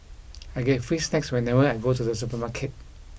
I get free snacks whenever I go to the supermarket